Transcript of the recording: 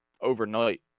overnight